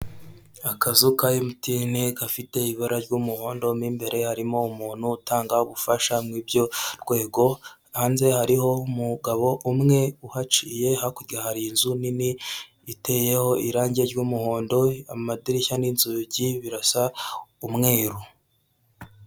Akazu ka emutiyene gafite ibara ry'umuhondo mu imbere harimo umuntu utanga ubufasha mu'ibyo rwego, hanze hariho umugabo umwe uhaciye, hakurya hari inzu nini iteyeho irangi ry'umuhondo amadirishya n'inzugi birasa umweru.